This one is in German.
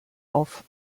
auf